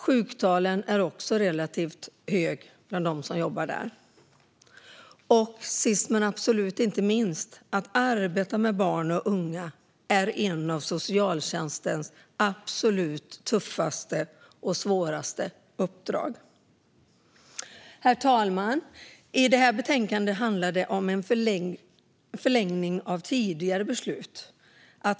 Sjuktalen bland dem som jobbar där är också relativt höga. Sist men absolut inte minst: Att arbeta med barn och unga är ett av socialtjänstens absolut tuffaste och svåraste uppdrag. Herr talman! Det här betänkandet handlar om en förlängning av tidigare beslut.